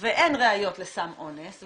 ואין ראיות לסם אונס,